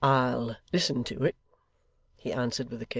i'll listen to it he answered, with a kiss,